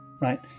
right